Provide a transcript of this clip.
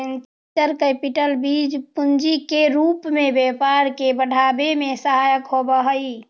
venture capital बीज पूंजी के रूप में व्यापार के बढ़ावे में सहायक होवऽ हई